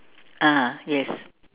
ah yes